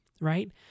right